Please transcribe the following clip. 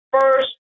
first